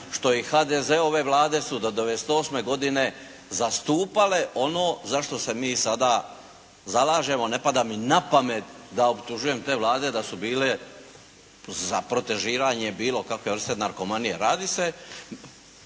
što i HDZ-ove Vlade su do '98. godine zastupale ono za što se mi sada zalažemo. Ne pada mi na pamet da optužujem te Vlade da su bile za protežiranje bilo kakve vrste narkomanije. Ako